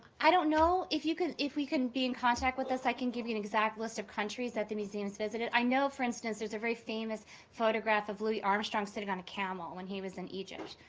i don't know. if you can if you can be in contact with us, i can give you an exact list of countries that the museum has visited. i know, for instance, there's a very famous photograph of louis armstrong sitting on a camel when he was in egypt.